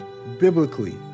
Biblically